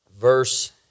verse